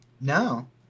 No